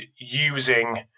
using